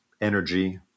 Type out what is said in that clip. energy